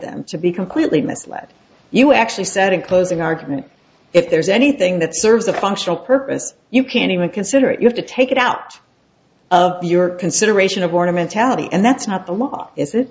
them to be completely misled you actually said in closing argument if there's anything that serves a functional purpose you can't even consider it you have to take it out of your consideration of born a mentality and that's not the law is it